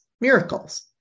Miracles